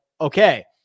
okay